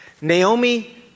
Naomi